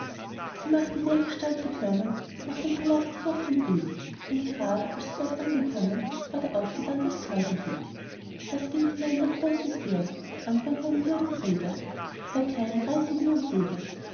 sie machte dergestalt beklommen nach dem palast sich auf den weg und grad als dort sie angekommen ward aufgetan das torgeheg erst ging hinein der großvezier mit andern hohen würdenträgern lakaien reisigen und jägern